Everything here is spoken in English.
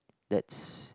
that's